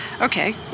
Okay